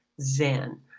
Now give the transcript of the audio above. Zen